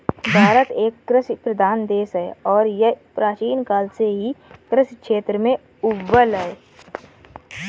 भारत एक कृषि प्रधान देश है और यह प्राचीन काल से ही कृषि क्षेत्र में अव्वल है